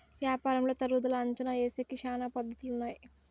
యాపారంలో తరుగుదల అంచనా ఏసేకి శ్యానా పద్ధతులు ఉన్నాయి